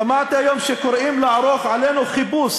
שמעתי היום שקוראים לערוך עלינו חיפוש,